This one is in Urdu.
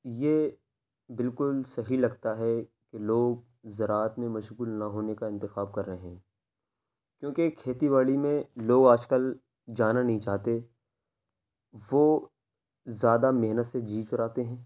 یہ بالکل صحیح لگتا ہے کہ لوگ زراعت میں مشغول نہ ہونے کا انتخاب کر رہے ہیں کیوں کہ کھیتی باڑی میں لوگ آج کل جانا نہیں چاہتے وہ زیادہ محنت سے جی چراتے ہیں